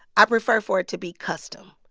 i prefer for it to be custom.